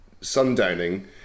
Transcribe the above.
sundowning